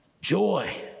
joy